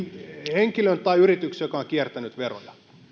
henkilön tai yrityksen joka on kiertänyt veroja